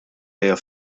hija